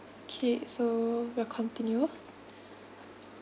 K so we'll continue